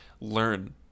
learn